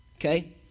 okay